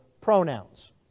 pronouns